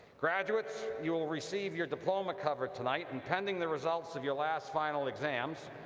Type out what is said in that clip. graduates, you will receive your diploma cover tonight and pending the results of your last final exams,